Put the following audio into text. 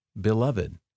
beloved